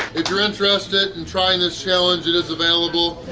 if you're interested in trying this challenge, it is available.